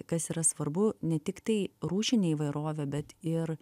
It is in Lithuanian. kas yra svarbu ne tiktai rūšinė įvairovė bet ir